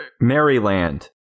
Maryland